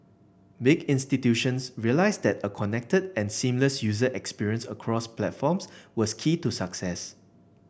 big institutions realised that a connected and seamless user experience across platforms was key to success